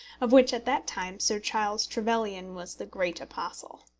of which at that time sir charles trevelyan was the great apostle.